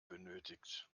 benötigt